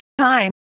time